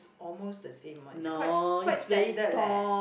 almost the same one it's quite quite standard leh